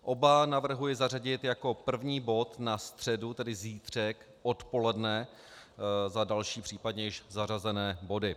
Oba navrhuji zařadit jako první bod na středu, tedy zítřek odpoledne za další případně již zařazené body.